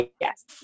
yes